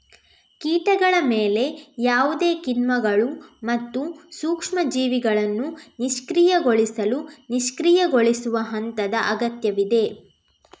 ಕೀಟಗಳ ಮೇಲೆ ಯಾವುದೇ ಕಿಣ್ವಗಳು ಮತ್ತು ಸೂಕ್ಷ್ಮ ಜೀವಿಗಳನ್ನು ನಿಷ್ಕ್ರಿಯಗೊಳಿಸಲು ನಿಷ್ಕ್ರಿಯಗೊಳಿಸುವ ಹಂತದ ಅಗತ್ಯವಿದೆ